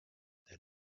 that